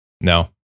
No